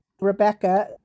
Rebecca